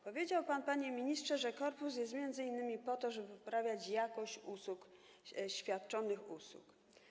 Powiedział pan, panie ministrze, że korpus jest m.in. po to, żeby poprawiać jakość świadczonych usług.